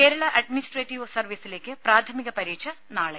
Kerala administrative സർവീസിലേക്ക് പ്രാഥമിക പരീക്ഷ നാളെ